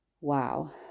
Wow